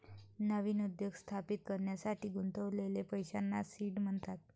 नवीन उद्योग स्थापित करण्यासाठी गुंतवलेल्या पैशांना सीड म्हणतात